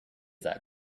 that